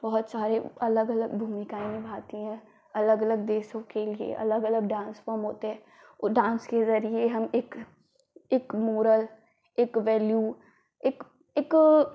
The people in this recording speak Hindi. बहुत सारी अलग अलग भूमिकाएँ निभाती हैं अलग अलग देशों के लिए अलग अलग डान्स फ़ॉर्म होते हैं डान्स के ज़रिये हम एक एक मोरल एक वैल्यू एक एक